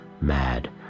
mad